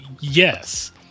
yes